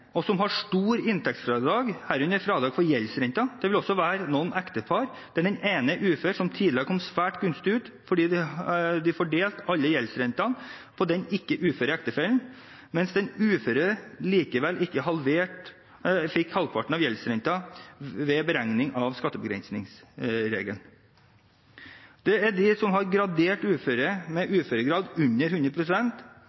og som har store inntektsfradrag, herunder fradrag for gjeldsrenter. Det vil også være noen ektepar, der den ene er ufør og tidligere kom svært gunstig ut fordi de fordelte alle gjeldsrentene på den ikke uføre ektefellen, mens den uføre likevel fikk halvparten av gjeldsrentene ved beregning etter skattebegrensningsregelen. Det er de som er gradert uføre med en uføregrad på under